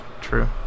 true